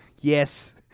Yes